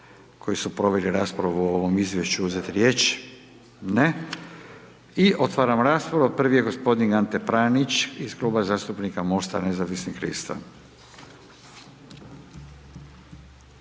koji su proveli raspravu o ovom izvješću uzeti riječ? Ne. I otvaram raspravu. Prvi je gospodin Ante Pranić iz Kluba zastupnika MOST-a nezavisnih lista.